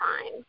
time